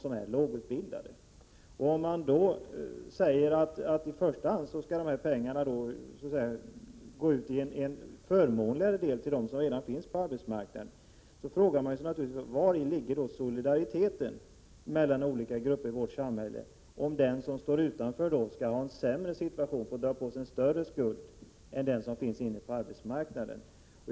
Om de som redan finns på arbetsmarknaden skall ha förmånligare möjligheter att få dessa pengar, frågar man sig var solidariteten mellan olika grupper i vårt samhälle finns. Den som står utanför får då en sämre situation och drar på sig en större skuld än den som finns inne på arbetsmarknaden.